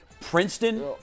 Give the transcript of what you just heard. Princeton